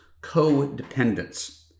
co-dependence